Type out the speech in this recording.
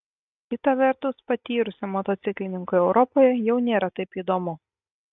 kita vertus patyrusiam motociklininkui europoje jau nėra taip įdomu